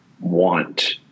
want